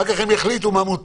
אחר כך הם החליטו מה מותר.